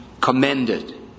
commended